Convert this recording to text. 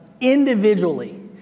individually